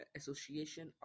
association